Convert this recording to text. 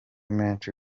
menshi